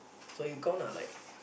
so you count lah like